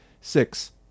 Six